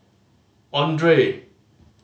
Andre